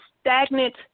stagnant